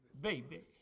baby